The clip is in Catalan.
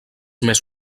més